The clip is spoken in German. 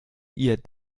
ihr